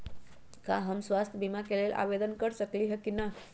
का हम स्वास्थ्य बीमा के लेल आवेदन कर सकली ह की न?